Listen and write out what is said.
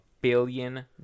billion